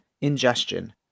ingestion